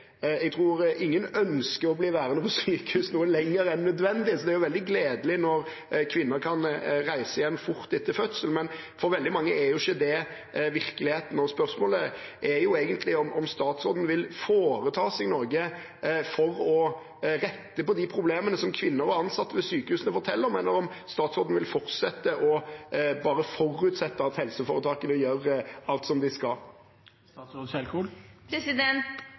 Jeg tror ingen ønsker å bli værende på sykehus noe lenger enn nødvendig, så det er veldig gledelig når kvinner kan reise hjem fort etter fødselen, men for veldig mange er ikke det virkeligheten. Spørsmålet er egentlig om statsråden vil foreta seg noe for å rette på de problemene som kvinner og ansatte ved sykehusene forteller om, eller om statsråden bare vil fortsette å forutsette at helseforetakene gjør alt som de